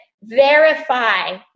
verify